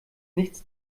nichts